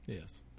Yes